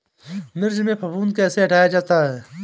मिर्च में फफूंदी कैसे हटाया जा सकता है?